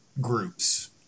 groups